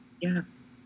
yes